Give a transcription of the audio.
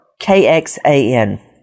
KXAN